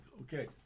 Okay